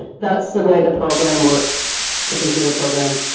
that's the way the program works the computer program